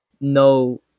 no